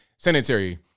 Sanitary